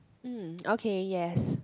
mm okay yes